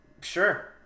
Sure